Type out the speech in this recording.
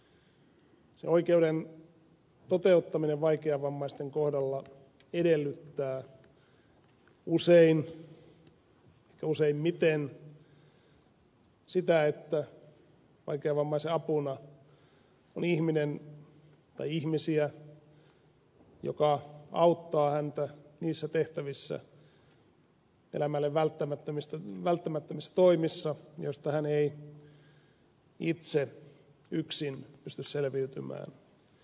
sen oikeuden toteuttaminen vaikeavammaisten kohdalla edellyttää usein ehkä useimmiten sitä että vaikeavammaisen apuna on ihmisiä jotka auttavat häntä niissä tehtävissä elämälle välttämättömissä toimissa joista hän ei yksin pysty selviytymään